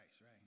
right